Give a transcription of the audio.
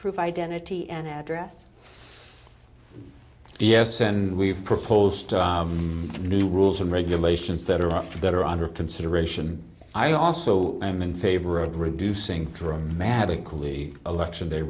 prove identity and address yes and we've proposed new rules and regulations that are up to that are under consideration i also am in favor of reducing dramatically election day